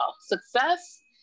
Success